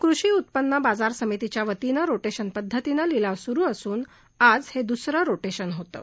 कृषी उत्पन्न बाजार समितीच्या वतीनं रोटेशन पदधतीनं लिलाव सुरू असून आज हे दुसरं रोटेशन होतं